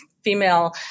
female